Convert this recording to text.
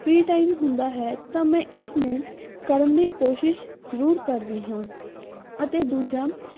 free time ਹੁੰਦਾ ਹੈ ਤਾਂ ਮੈਂ ਇਸ ਨੂੰ ਕਰਨ ਦੀ ਕੋਸ਼ਿਸ਼ ਜ਼ਰੂਰ ਕਰਦੀ ਹਾਂ ਅਤੇ ਦੂਜਾ